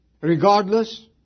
regardless